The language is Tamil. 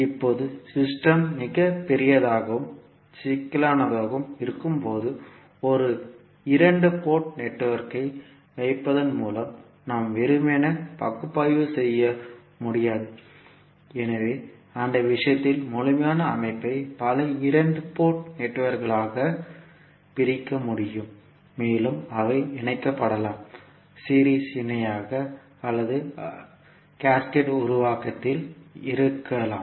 இப்போது சிஸ்டம் மிகப் பெரியதாகவும் சிக்கலானதாகவும் இருக்கும்போது ஒரு இரண்டு போர்ட் நெட்வொர்க்கை வைப்பதன் மூலம் நாம் வெறுமனே பகுப்பாய்வு செய்ய முடியாது எனவே அந்த விஷயத்தில் முழுமையான அமைப்பை பல இரண்டு போர்ட் நெட்வொர்க்குகளாகப் பிரிக்க முடியும் மேலும் அவை இணைக்கப்படலாம் சீரிஸ் இணையாக அல்லது அடுக்கை உருவாக்கத்தில் இருக்கலாம்